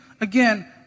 again